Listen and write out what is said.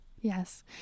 Yes